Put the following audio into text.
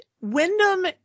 Wyndham